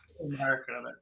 America